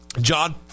John